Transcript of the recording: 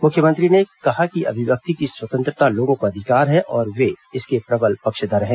मुख्यमंत्री ने कहा कि अभिव्यक्ति की स्वतंत्रता लोगों का अधिकार है और वे इसके प्रबल पक्षधर हैं